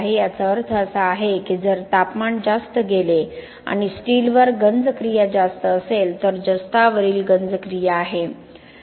याचा अर्थ असा आहे की जर तापमान जास्त गेले आणि स्टीलवर गंज क्रिया जास्त असेल तर जस्तावरील गंज क्रिया आहे